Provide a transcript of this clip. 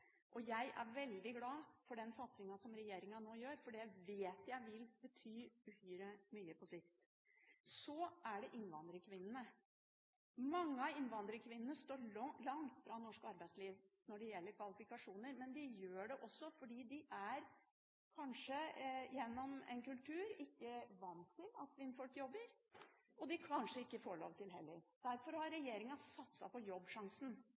det. Jeg er veldig glad for den satsingen som regjeringen nå gjør, for det vet jeg vil bety uhyre mye på sikt. Så er det innvandrerkvinnene. Mange av innvandrerkvinnene står langt fra norsk arbeidsliv når det gjelder kvalifikasjoner, men det gjør de også fordi de ikke er – kanskje gjennom en kultur – vant til at kvinner jobber, og kanskje får de heller ikke lov til det. Derfor har regjeringen satset på Jobbsjansen.